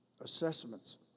assessments